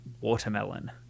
Watermelon